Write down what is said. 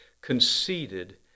conceded